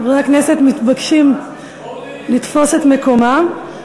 חברי הכנסת מתבקשים לתפוס את מקומם.